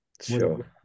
Sure